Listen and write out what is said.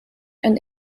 and